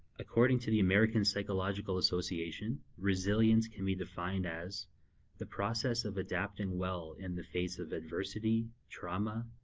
according to the american psychological association, resiliency can be defined as the process of adapting well in the face of adversity, trauma,